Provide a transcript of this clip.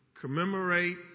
commemorate